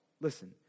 listen